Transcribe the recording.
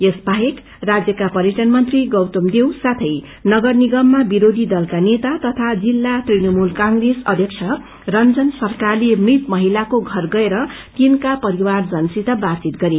यसबाहेक राज्यका पर्यटन मंत्री गौतम देव साथै नगर निगममा विरोधी दलका नेता तथा जिल्ल तृणमूल कंग्रेस अध्यक्ष रंजन सरकारले मृत महिहिलको घर गएर तिनका परिवार जनसित बातचित गरे